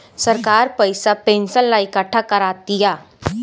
सरकार पइसा पेंशन ला इकट्ठा करा तिया